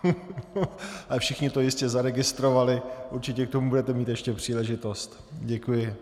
Ale všichni to jistě zaregistrovali, určitě k tomu budete mít ještě příležitost. Děkuji.